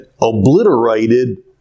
obliterated